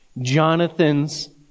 Jonathan's